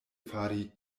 fari